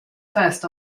first